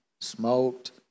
smoked